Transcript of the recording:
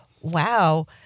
wow